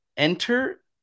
Enter